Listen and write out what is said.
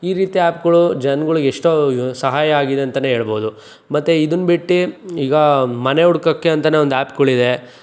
ಈ ರೀತಿ ಆ್ಯಪ್ಗಳು ಜನ್ಗುಳ್ಗೆ ಎಷ್ಟೋ ಸಹಾಯ ಆಗಿದೆ ಅಂತಲೇ ಹೇಳ್ಬೋದು ಮತ್ತು ಇದನ್ನ ಬಿಟ್ಟು ಈಗ ಮನೆ ಹುಡ್ಕಕ್ಕೆ ಅಂತಲೇ ಒಂದು ಆ್ಯಪ್ಗಳಿದೆ